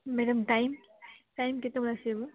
madam time time କେତେବେଳେ ଆସିବି